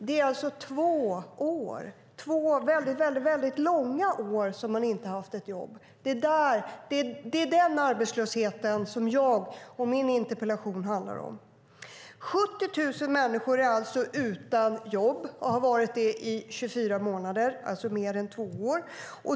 Det är alltså två år - två långa år - som de inte har haft ett jobb. Det är den arbetslöshet som jag talar om, och det är den som min interpellation handlar om. 70 000 människor är utan jobb, och har varit det i 24 månader, alltså mer än två år.